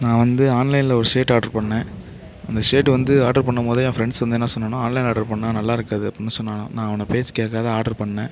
நான் வந்து ஆன்லைனில் ஒரு ஷேர்ட் ஆர்ட்ரு பண்ணே அந்த ஷேர்ட்டு வந்து ஆர்ட்ரு பண்ணம்போதே ஏன் ஃப்ரெண்ட்ஸ் வந்து என்ன சொன்னாங்கன்னா ஆன்லைன் ஆர்ட்ரு பண்ணால் நல்லாருக்காது அப்படின் சொன்னான் நான் அவன் பேச்சு கேட்காத ஆட்ரு பண்ணே